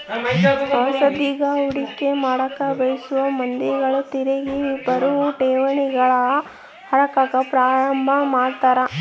ಹೊಸದ್ಗಿ ಹೂಡಿಕೆ ಮಾಡಕ ಬಯಸೊ ಮಂದಿಗಳು ತಿರಿಗಿ ಬರೊ ಠೇವಣಿಗಳಗ ಹಾಕಕ ಪ್ರಾರಂಭ ಮಾಡ್ತರ